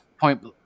point